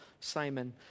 Simon